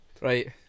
Right